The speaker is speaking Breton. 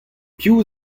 piv